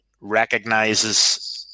recognizes